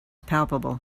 palpable